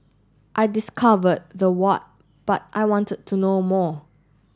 I discovered the what but I wanted to know more